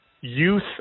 youth